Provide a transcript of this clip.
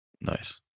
Nice